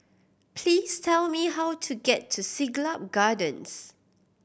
please tell me how to get to Siglap Gardens